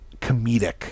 comedic